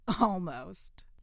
Almost